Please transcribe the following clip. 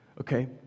Okay